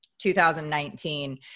2019